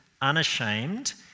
unashamed